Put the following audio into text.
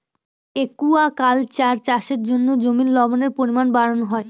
aquaculture চাষের জন্য জমির লবণের পরিমান বাড়ানো হয়